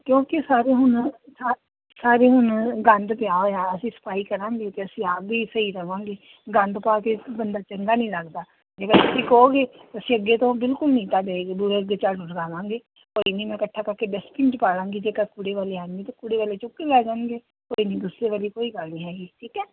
ਕਿਉਂਕਿ ਸਾਰੇ ਹੁਣ ਸਾ ਸਾਰੇ ਹੁਣ ਗੰਦ ਪਿਆ ਹੋਇਆ ਅਸੀਂ ਸਫਾਈ ਕਰਾਂਗੇ ਤਾਂ ਅਸੀਂ ਆਪ ਵੀ ਸਹੀ ਰਵਾਂਗੇ ਗੰਦ ਪਾ ਕੇ ਬੰਦਾ ਚੰਗਾ ਨਹੀਂ ਲੱਗਦਾ ਜੇਕਰ ਤੁਸੀਂ ਕਹੋਗੇ ਤਾਂ ਅਸੀਂ ਅੱਗੇ ਤੋਂ ਬਿਲਕੁਲ ਨਹੀਂ ਤੁਹਾਡੇ ਬੂਹੇ ਅੱਗੇ ਝਾੜੂ ਲਗਾਵਾਂਗੇ ਕੋਈ ਨਹੀਂ ਮੈਂ ਇਕੱਠਾ ਕਰਕੇ ਡਸਟਬੀਨ 'ਚ ਪਾ ਦਾਂਗੀ ਜੇਕਰ ਕੂੜੇ ਵਾਲੇ ਆਉਣਗੇ ਤਾਂ ਕੂੜੇ ਵਾਲੇ ਚੁੱਕ ਕੇ ਲੈ ਜਾਣਗੇ ਕੋਈ ਨਹੀਂ ਗੁੱਸੇ ਵਾਲੀ ਕੋਈ ਗੱਲ ਨਹੀਂ ਹੈਗੀ ਠੀਕ ਹੈ